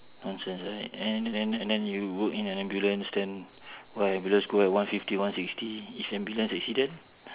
nonsense right and then and then and then you go in an ambulance then !wah! ambulance go at one fifty one sixty if ambulance accident